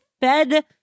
fed